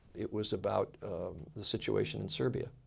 it was about the situation in serbia.